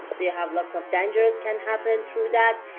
they have lots of dangerous can happen through that.